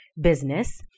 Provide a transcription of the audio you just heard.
business